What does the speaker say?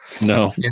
No